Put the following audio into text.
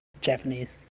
Japanese